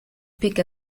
pick